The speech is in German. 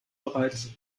bereits